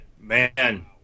Man